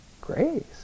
grace